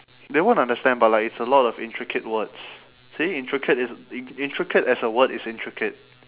they won't understand but like it's a lot of intricate words see intricate is intricate as a word is intricate